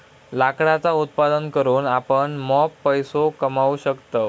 लाकडाचा उत्पादन करून आपण मॉप पैसो कमावू शकतव